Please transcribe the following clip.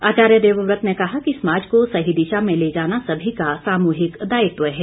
आचार्य देवव्रत ने कहा कि समाज को सही दिशा में ले जाना सभी का सामूहिक दायित्व है